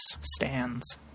stands